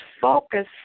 focus